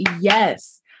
Yes